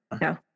No